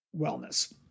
wellness